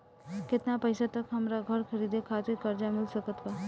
केतना पईसा तक हमरा घर खरीदे खातिर कर्जा मिल सकत बा?